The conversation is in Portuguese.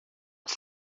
que